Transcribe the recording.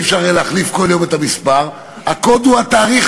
שלא יהיה אפשר להחליף כל יום את המספר,